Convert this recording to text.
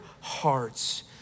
hearts